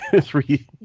Three